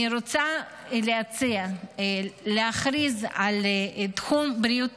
אני רוצה להציע להכריז על תחום בריאות